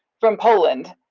from poland,